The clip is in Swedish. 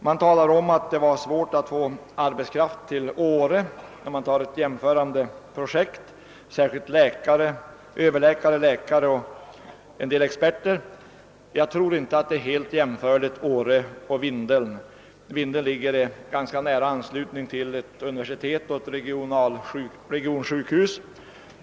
Det sades att det var svårt att få arbetskraft till åre beträffande ett liknande projekt — särskilt när det gäller överläkare, läkare och vissa experter. Men jag tror inte att Åre och Vindeln är helt jämförbara. Vindeln ligger i ganska nära anslutning till ett universitet och ett regionsjukhus.